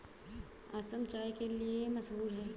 असम चाय के लिए मशहूर है